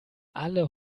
alle